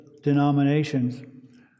denominations